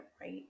right